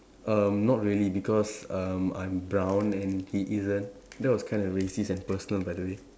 err not really because um I'm brown and he isn't that was kind of racist and personal by the way